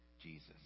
Jesus